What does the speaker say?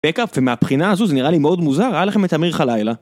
בקאפ, ומהבחינה הזו זה נראה לי מאוד מוזר, ראה לכם את אמיר חלילה.